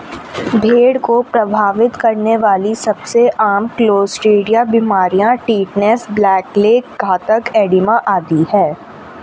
भेड़ को प्रभावित करने वाली सबसे आम क्लोस्ट्रीडिया बीमारियां टिटनेस, ब्लैक लेग, घातक एडिमा आदि है